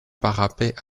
parapet